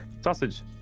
sausage